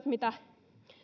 mitä